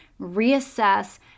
reassess